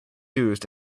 used